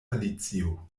alicio